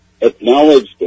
acknowledged